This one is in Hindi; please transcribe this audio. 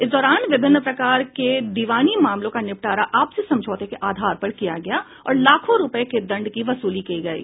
इस दौरान विभिन्न प्रकार के दिवानी मामलों का निपटारा आपसी समझौते के आधार पर किया गया और करोड़ों रूपये के दंड की वसूली की गयी